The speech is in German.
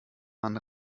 man